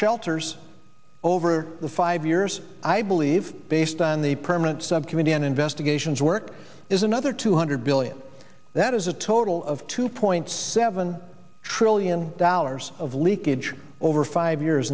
shelters over the five years i believe based on the permanent subcommittee on investigations work is another two hundred billion that is a total of two point seven trillion dollars of leakage over five years